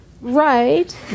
Right